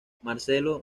marcelo